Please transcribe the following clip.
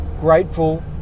grateful